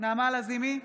נעמה לזימי,